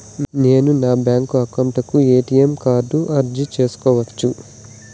నేను నా bank account కు ఎ.టి.ఎం కార్డు అర్జీ సేసుకోవచ్చా?